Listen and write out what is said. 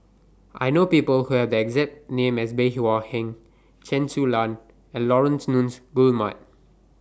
I know People Who Have The exact name as Bey Hua Heng Chen Su Lan and Laurence Nunns Guillemard